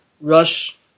Rush